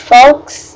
Folks